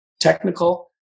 technical